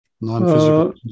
non-physical